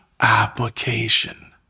Application